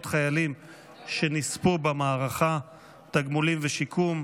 הלאומי (תיקון,